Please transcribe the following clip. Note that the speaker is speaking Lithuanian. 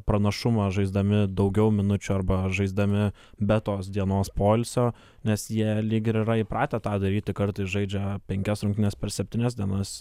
pranašumą žaisdami daugiau minučių arba žaisdami be tos dienos poilsio nes jie lyg ir yra įpratę tą daryti kartais žaidžia penkias rungtynes per septynias dienas